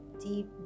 deep